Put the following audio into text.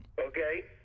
Okay